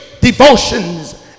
devotions